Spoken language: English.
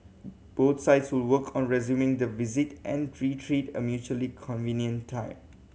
both sides will work on resuming the visit and a mutually convenient time